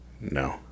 No